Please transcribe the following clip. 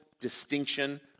distinction